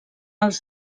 els